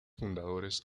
fundadores